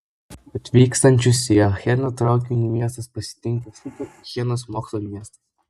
atvykstančius į acheną traukiniu miestas pasitinka šūkiu achenas mokslo miestas